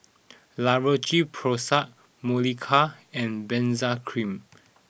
La Roche Porsay Molicare and Benzac Cream